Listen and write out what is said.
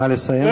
נא לסיים.